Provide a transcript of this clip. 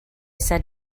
said